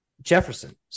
Jefferson